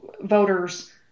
voters